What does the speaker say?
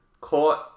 caught